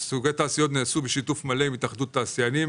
שנעשו בשיתוף מלא עם התאחדות התעשיינים.